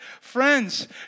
Friends